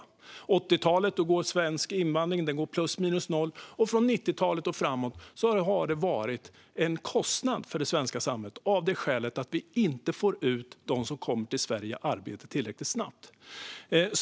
På 80-talet gick svensk invandring plus minus noll, och från 90-talet och framåt har den varit en kostnad för det svenska samhället, av det skälet att vi inte får ut dem som kommer till Sverige i arbete tillräckligt snabbt.